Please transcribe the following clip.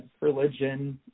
religion